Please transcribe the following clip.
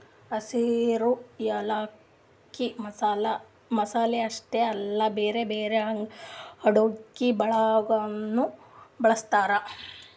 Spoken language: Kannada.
ಹಸಿರು ಯಾಲಕ್ಕಿ ಮಸಾಲೆ ಅಷ್ಟೆ ಅಲ್ಲಾ ಬ್ಯಾರೆ ಬ್ಯಾರೆ ಅಡುಗಿ ಒಳಗನು ಬಳ್ಸತಾರ್